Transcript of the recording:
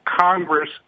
Congress